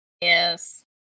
Yes